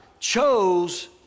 chose